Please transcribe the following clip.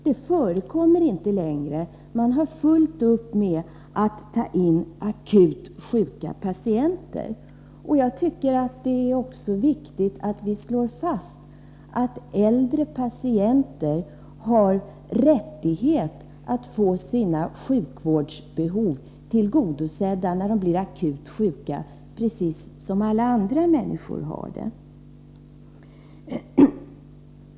Det förekommer inte längre — man har fullt upp med att ta in akut sjuka patienter. Jag tycker att det är viktigt att vi slår fast att äldre patienter har rättighet att få sina sjukvårdsbehov tillgodosedda när de blir akut sjuka, precis som alla andra människor.